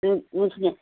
नोंसोरनिया